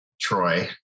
Troy